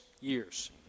years